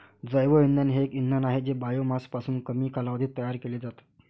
जैवइंधन हे एक इंधन आहे जे बायोमासपासून कमी कालावधीत तयार केले जाते